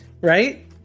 right